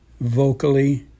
vocally